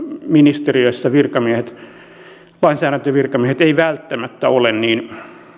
ministeriöissä lainsäädäntövirkamiehet eivät välttämättä ole niin